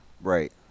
Right